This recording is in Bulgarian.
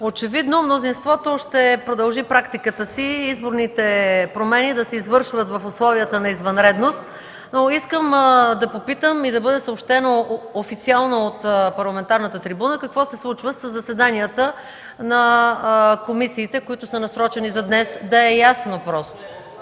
Очевидно мнозинството ще продължи практиката си изборните промени да се извършват в условията на извънредност, но искам да попитам и да бъде съобщено официално от парламентарната трибуна какво се случва със заседанията на комисиите, насрочени за днес, да е ясно просто.